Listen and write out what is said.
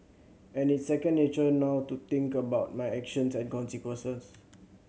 and it's second nature now to think about my actions and consequences